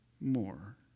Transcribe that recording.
more